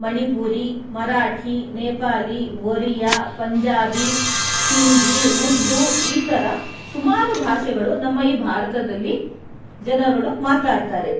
ಮಣಿಪುರಿ ಮರಾಠಿ ನೇಪಾಲಿ ಒರಿಯಾ ಪಂಜಾಬಿ ಸಿಂಧಿ ಉರ್ದು ಈ ಥರ ಸುಮಾರು ಭಾಷೆಗಳು ನಮ್ಮ ಈ ಭಾರತದಲ್ಲಿ ಜನಗಳು ಮಾತಾಡ್ತಾರೆ